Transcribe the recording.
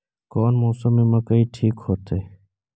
कौन मौसम में मकई ठिक होतइ?